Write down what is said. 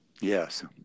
Yes